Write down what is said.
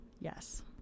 Yes